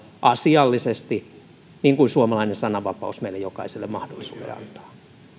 asiallisesti niin kuin suomalainen sananvapaus meille jokaiselle mahdollisuuden antaa